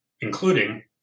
including